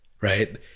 right